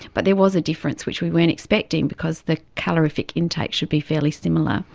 but there was a difference which we weren't expecting because the calorific intake should be fairly similar.